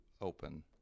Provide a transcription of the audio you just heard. open